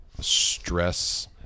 stress